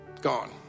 Gone